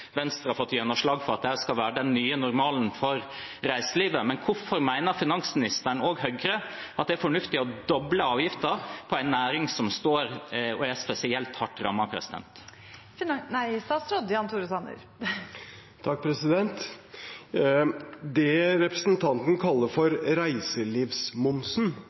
Venstre har fått gjennomslag for at dette skal være den nye normalen for reiselivet, men hvorfor mener finansministeren og Høyre at det er fornuftig å doble avgiften for en næring som er spesielt hardt rammet? Det representanten kaller for reiselivsmomsen, er en lav momssats som gjelder svært mange sektorer og ulike bransjer. Det